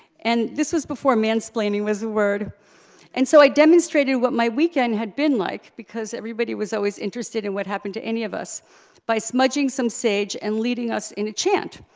and this was before mansplaining was a word and so i demonstrated what my weekend had been like, because everybody was always interested in what happened to any of us by smudging some sage and leading us in a chant,